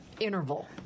interval